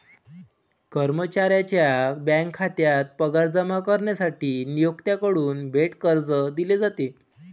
कर्मचाऱ्याच्या बँक खात्यात पगार जमा करण्यासाठी नियोक्त्याकडून थेट कर्ज दिले जाते